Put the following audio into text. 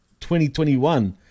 2021